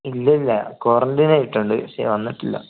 ഇല്ലില്ല ക്വാറൻ്റൈനായിട്ടുണ്ട് പക്ഷെ വന്നിട്ടില്ല